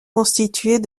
constitués